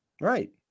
Right